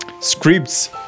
scripts